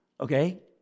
okay